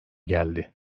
geldi